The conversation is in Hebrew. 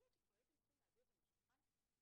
יכול להיות שכבר הייתם צריכים להביא אותם לשולחן עם